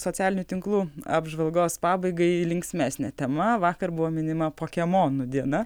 socialinių tinklų apžvalgos pabaigai linksmesne tema vakar buvo minima pokemonu diena